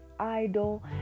idol